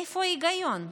איפה ההיגיון?